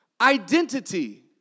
identity